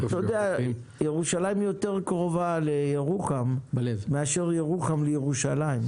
ירושלים יותר קרובה לירוחם מאשר ירוחם לירושלים.